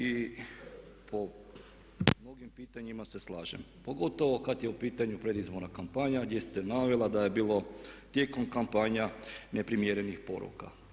I po mnogim pitanjima se slažem pogotovo kad je u pitanju predizborna kampanja gdje ste navela da je bilo tijekom kampanja neprimjernih poruka.